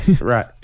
Right